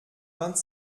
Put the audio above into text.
vingt